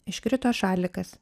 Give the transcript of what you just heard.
iškrito šalikas